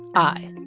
i,